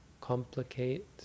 complicate